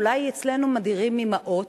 אולי אצלנו מדירים אמהות?